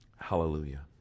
hallelujah